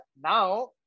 now